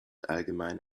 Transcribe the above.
allgemein